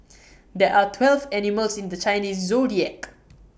there are twelve animals in the Chinese Zodiac